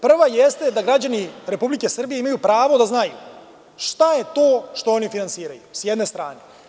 Prva jeste da građani Republike Srbije imaju pravo da znaju šta je to što oni finansiraju, s jedne strane.